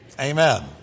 Amen